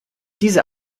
diese